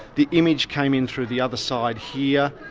the image came in through the other side here.